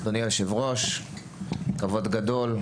אדוני היושב ראש; כבוד גדול,